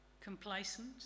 complacent